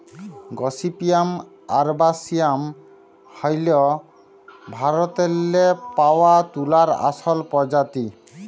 gossypium arboreum হ্যইল ভারতেল্লে পাউয়া তুলার আসল পরজাতি